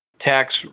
tax